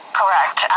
correct